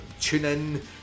TuneIn